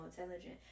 intelligent